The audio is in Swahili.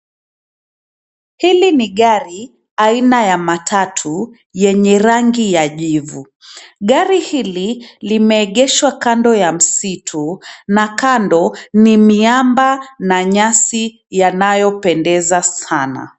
Hili ni gari aina ya matatu yenye rangi ya jivu. Gari hili limeegeshwa kando ya msitu, na kando, ni miamba na nyasi yanayopendeza sana.